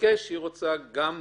לבקש גם מומחה.